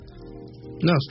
No